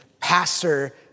pastor